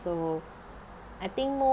so I think